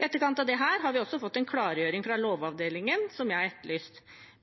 I etterkant av dette har vi også fått en klargjøring fra Lovavdelingen, som jeg har etterlyst.